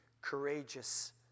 courageous